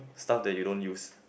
stuff that you don't use